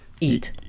eat